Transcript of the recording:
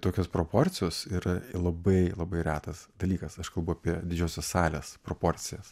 tokios proporcijos yra labai labai retas dalykas aš kalbu apie didžiosios salės proporcijas